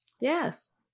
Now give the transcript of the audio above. Yes